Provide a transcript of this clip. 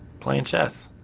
playing chess.